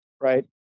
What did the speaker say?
right